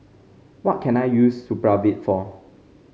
what can I use Supravit for